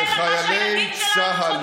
כשחיילי צה"ל,